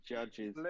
Judges